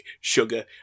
sugar